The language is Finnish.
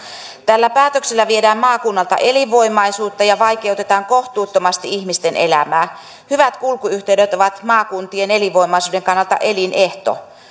tällä päätöksellä viedään maakunnalta elinvoimaisuutta ja vaikeutetaan kohtuuttomasti ihmisten elämää hyvät kulkuyhteydet ovat maakuntien elinvoimaisuuden kannalta elinehto